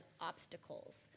obstacles